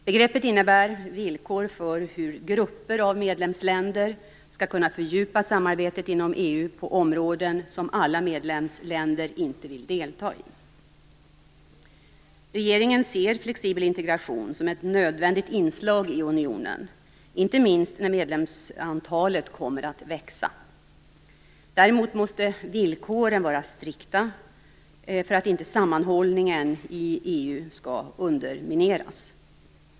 Begreppet innebär villkor för hur grupper av medlemsländer skall kunna fördjupa samarbetet inom EU på områden som alla medlemsländer inte vill delta i. Regeringen ser flexibel intregration som ett nödvändigt inslag i unionen, inte minst när medlemsantalet kommer att växa. Däremot måste villkoren vara strikta, för att inte sammanhållningen i EU skall undermineras.